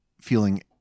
feeling